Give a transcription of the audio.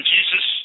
Jesus